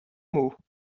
mots